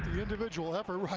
individual effort